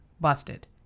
busted